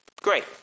great